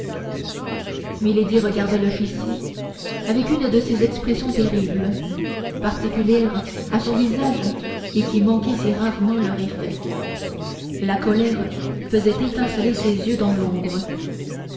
regarda l'officier avec une de ces expressions terribles particulières à son visage et qui manquaient si rarement leur effet la colère faisait étinceler ses yeux dans l'ombre